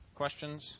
questions